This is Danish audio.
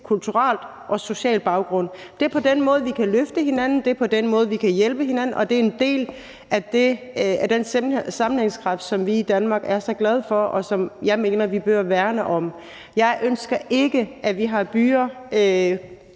kulturel og social baggrund. Det er på den måde, vi kan løfte hinanden, og det er på den måde, vi kan hjælpe hinanden. Og det er en del af den sammenhængskraft, vi i Danmark er så glade for, og som jeg mener vi bør værne om. Jeg ønsker ikke, at vi har byer,